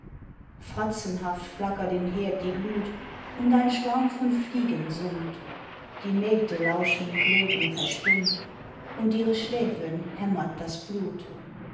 fratzenhaft flackert im herd die glut und ein schwarm von fliegen summt die mägde lauschen blöd und verstummt und ihre schläfen hämmert das blut